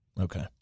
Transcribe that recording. okay